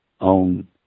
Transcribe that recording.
on